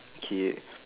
okay